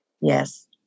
Yes